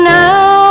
now